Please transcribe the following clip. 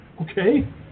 okay